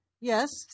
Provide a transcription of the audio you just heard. Yes